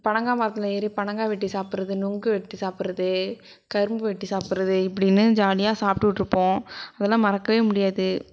பனங்காய் மரத்தில் ஏறி பனங்காய் வெட்டி சாப்பிட்றது நுங்கு வெட்டி சாப்பிட்றது கரும்பு வெட்டி சாப்பிட்றது இப்படின்னு ஜாலியாக சாப்ட்டுகிட்டு இருப்போம் அதெல்லாம் மறக்கவே முடியாது